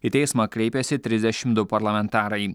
į teismą kreipėsi trisdešimt du parlamentarai